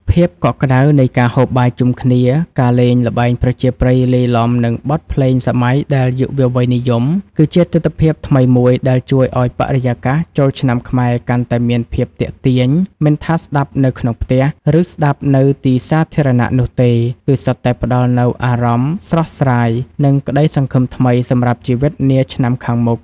ភាពកក់ក្តៅនៃការហូបបាយជុំគ្នា ការលេងល្បែងប្រជាប្រិយលាយឡំនឹងបទភ្លេងសម័យដែលយុវវ័យនិយម គឺជាទិដ្ឋភាពថ្មីមួយដែលជួយឱ្យបរិយាកាសចូលឆ្នាំខ្មែរកាន់តែមានភាពទាក់ទាញ មិនថាស្តាប់នៅក្នុងផ្ទះ ឬស្តាប់នៅទីសាធារណៈនោះទេ គឺសុទ្ធតែផ្តល់នូវអារម្មណ៍ស្រស់ស្រាយ និងក្តីសង្ឃឹមថ្មីសម្រាប់ជីវិតនាឆ្នាំខាងមុខ។